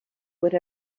would